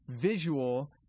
visual